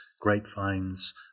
grapevines